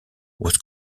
was